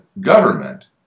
government